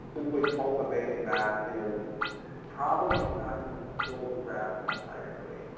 simply cultivating that is probably not going to kill the grass entirely.